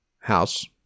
house